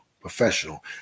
professional